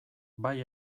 bai